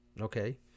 Okay